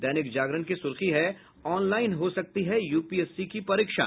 दैनिक जागरण की सुर्खी है ऑनलाईन हो सकती है यूपीएससी की परीक्षा